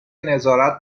نظارت